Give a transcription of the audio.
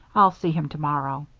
i'll see him tomorrow.